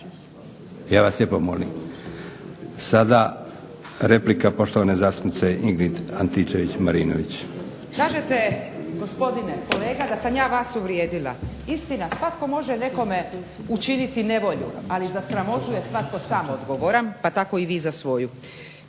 Ja vas lijepo molim. Sada replika poštovane zastupnice Ingrid Antičević-Marinović. **Antičević Marinović, Ingrid (SDP)** Kažete gospodine kolega da sam ja vas uvrijedila. Istina svatko može nekome učiniti nevolju ali za sramotu je svatko sam odgovoran pa tako i vi za svoju.